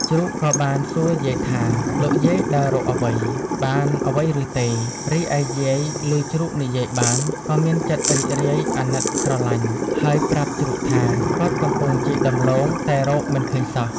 ជ្រូកក៏បានសួរយាយថា លោកយាយដើររកអ្វី? បានអ្វីឬទេ? រីឯយាយលឺជ្រូកនិយាយបាន ក៏មានចិត្តរីករាយអាណិតស្រលាញ់ ហើយប្រាប់ជ្រូកថា គាត់កំពុងជីកដំឡូងតែរកមិនឃើញសោះ។